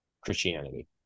Christianity